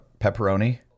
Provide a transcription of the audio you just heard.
pepperoni